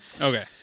Okay